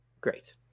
great